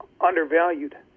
undervalued